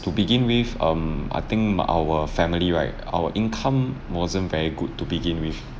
to begin with um I think our family right our income wasn't very good to begin with